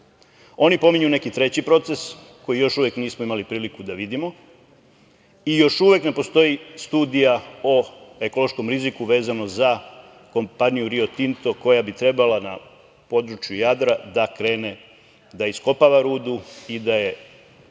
Oni pominju neki treći proces koji još uvek nismo imali priliku da vidimo i još uvek ne postoji studija o ekološkom riziku vezano za kompaniju "Rio Tinto" koja bi trebalo na području Jadra da krene da iskopava rudu i da je